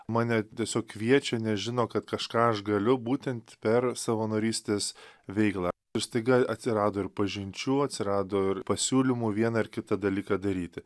mane tiesiog kviečia nežino kad kažką aš galiu būtent per savanorystės veiklą staiga atsirado ir pažinčių atsirado ir pasiūlymų vieną ar kitą dalyką daryti